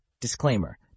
Disclaimer